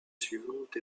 suivante